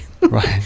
Right